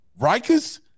Rikers